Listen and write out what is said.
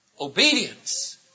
obedience